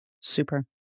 Super